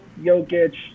Jokic